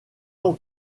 ont